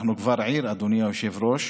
אנחנו כבר עיר, אדוני היושב-ראש,